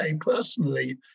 personally